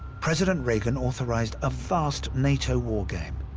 president reagan authorized a vast nato war game,